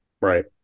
right